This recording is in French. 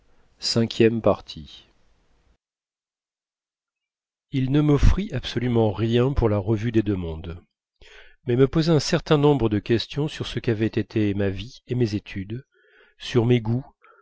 il ne m'offrit absolument rien pour la revue des deux-mondes mais me posa un certain nombre de questions sur ce qu'avaient été ma vie et mes études sur mes goûts